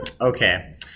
Okay